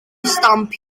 stamp